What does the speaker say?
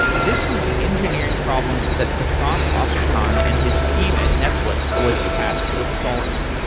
this was the engineering problem that vasanth asokan and his team at netflix was tasked with solving.